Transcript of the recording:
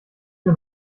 tür